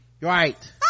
Right